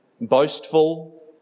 boastful